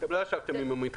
אתם לא ישבתם עם המתחתנים.